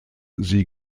sie